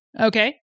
Okay